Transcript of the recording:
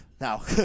Now